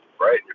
right